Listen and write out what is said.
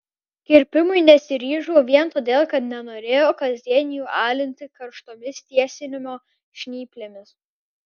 kirpimui nesiryžau vien todėl kad nenorėjau kasdien jų alinti karštomis tiesinimo žnyplėmis